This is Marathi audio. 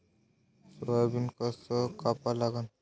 सोयाबीन कस कापा लागन?